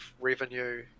revenue